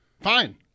Fine